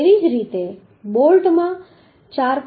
તેવી જ રીતે બોલ્ટમાં 4